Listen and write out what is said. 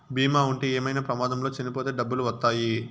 బీమా ఉంటే ఏమైనా ప్రమాదంలో చనిపోతే డబ్బులు వత్తాయి